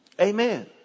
Amen